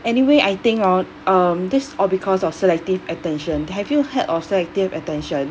anyway I think hor um this all because of selective attention have you heard of selective attention